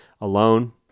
alone